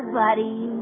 buddy